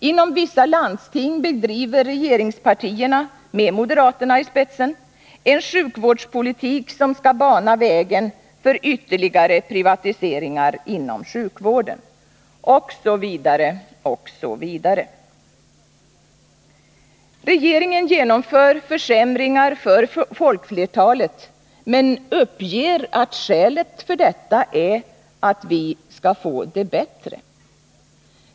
Inom vissa landsting bedriver regeringspartierna — med moderaterna i spetsen — en sjukvårdspolitik som skall bana vägen för ytterligare privatiseringar inom sjukvården, Osv. OSV. Regeringen genomför försämringar för folkflertalet men uppger att skälet för detta är att vi skall få det bättre.